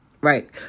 Right